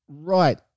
Right